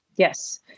Yes